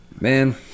Man